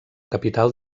capital